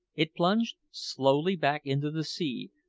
it plunged slowly back into the sea,